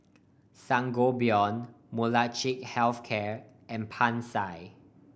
Sangobion Molnylcke Health Care and Pansy